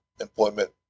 employment